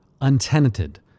untenanted